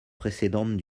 précédentes